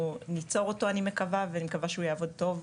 ניצור אותו אני מקווה ואני מקווה שהוא יעבוד טוב.